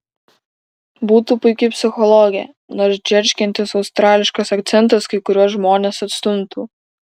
būtų puiki psichologė nors džeržgiantis australiškas akcentas kai kuriuos žmones atstumtų